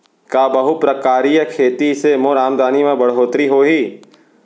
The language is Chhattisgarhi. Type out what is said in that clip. का बहुप्रकारिय खेती से मोर आमदनी म बढ़होत्तरी होही?